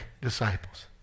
disciples